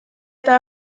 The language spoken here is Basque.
eta